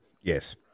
Yes